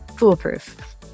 foolproof